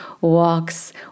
walks